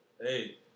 hey